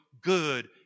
good